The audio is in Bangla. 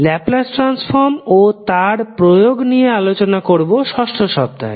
ল্যাপলাস ট্রান্সফর্ম ও তার প্রয়োগ নিয়ে আলোচনা করবো ষষ্ঠ সপ্তাহে